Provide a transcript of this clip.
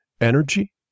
energy